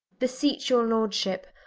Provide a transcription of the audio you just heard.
beseech your lordship,